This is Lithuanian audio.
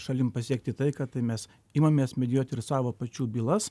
šalim pasiekti taiką tai mes imamės medijuoti ir savo pačių bylas